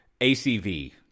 ACV